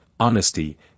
honesty